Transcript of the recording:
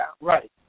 Right